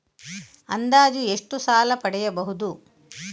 ಅಂದಾಜು ಎಷ್ಟು ಸಾಲ ಪಡೆಯಬಹುದು?